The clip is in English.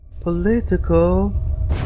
political